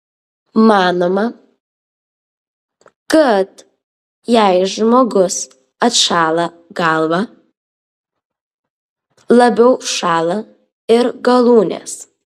manoma kad jei žmogus atšąla galvą labiau šąla ir galūnės